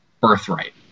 Birthright